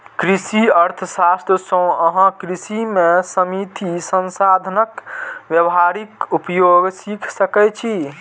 कृषि अर्थशास्त्र सं अहां कृषि मे सीमित साधनक व्यावहारिक उपयोग सीख सकै छी